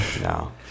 No